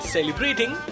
Celebrating